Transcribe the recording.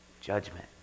Judgment